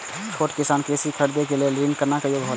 छोट किसान कृषि भूमि खरीदे लेल ऋण के योग्य हौला?